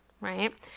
right